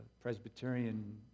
Presbyterian